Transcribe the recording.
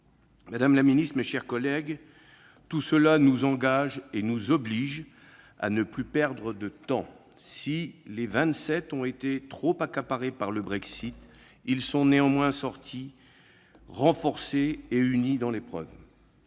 Madame la secrétaire d'État, mes chers collègues, tout cela nous engage et nous oblige à ne plus perdre de temps. Si les Vingt-Sept ont été trop accaparés par le Brexit, ils sont néanmoins sortis unis de l'épreuve.